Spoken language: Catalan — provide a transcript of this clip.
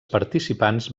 participants